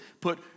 put